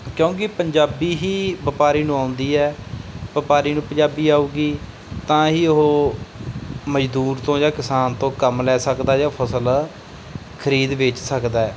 ਕਿਉਂਕਿ ਪੰਜਾਬੀ ਹੀ ਵਪਾਰੀ ਨੂੰ ਆਉਂਦੀ ਹੈ ਵਪਾਰੀ ਨੂੰ ਪੰਜਾਬੀ ਆਊਗੀ ਤਾਂ ਹੀ ਉਹ ਮਜ਼ਦੂਰ ਤੋਂ ਜਾਂ ਕਿਸਾਨ ਤੋਂ ਕੰਮ ਲੈ ਸਕਦਾ ਜਾਂ ਫ਼ਸਲ ਖ਼ਰੀਦ ਵੇਚ ਸਕਦਾ ਹੈ